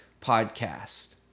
Podcast